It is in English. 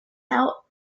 out